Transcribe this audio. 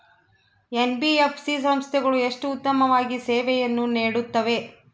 NBFC ಸಂಸ್ಥೆಗಳು ಎಷ್ಟು ಉತ್ತಮವಾಗಿ ಸೇವೆಯನ್ನು ನೇಡುತ್ತವೆ?